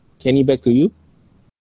kenny back to you